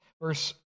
Verse